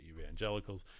Evangelicals